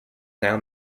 now